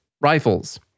rifles